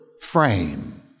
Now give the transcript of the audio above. frame